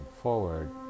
forward